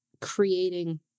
creating